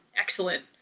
excellent